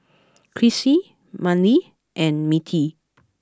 Crissy Mannie and Mettie